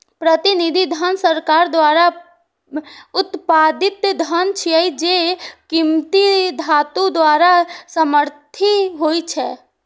प्रतिनिधि धन सरकार द्वारा उत्पादित धन छियै, जे कीमती धातु द्वारा समर्थित होइ छै